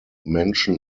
mention